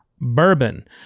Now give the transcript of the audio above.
Bourbon